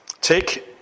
Take